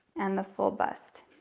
and the full bust.